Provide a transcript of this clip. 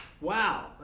Wow